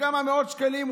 בכמה מאות שקלים,